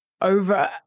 over